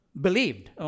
believed